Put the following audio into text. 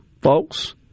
folks